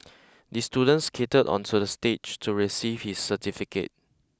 the student skated onto the stage to receive his certificate